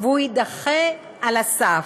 והוא יידחה על הסף.